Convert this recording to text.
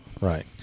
Right